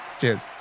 Cheers